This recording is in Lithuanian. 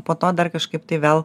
po to dar kažkaip tai vėl